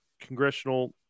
congressional